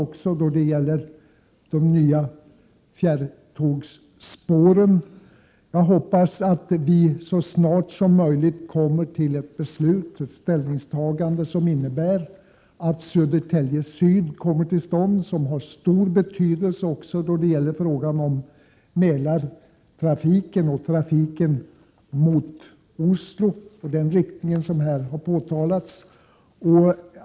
Jag hoppas vidare att vi så snart som möjligt kan göra ett ställningstagande som innebär att Södertälje syd kommer till stånd. Detta har stor betydelse också för utvecklingen när det gäller Mälartrafiken och trafiken mot Oslo, i den riktning som det här har talats om.